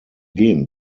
gehen